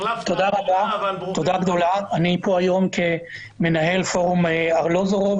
אני פה היום כמנהל פורום ארלוזורוב